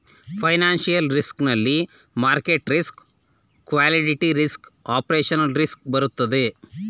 financial risk ನಲ್ಲಿ market risk, liquidity risk, operational risk ಬರುತ್ತದೆ